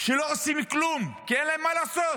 שלא עושים כלום, כי אין להם מה לעשות,